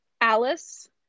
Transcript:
Alice